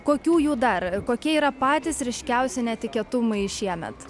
kokių jų dar kokie yra patys ryškiausi netikėtumai šiemet